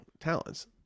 talents